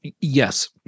yes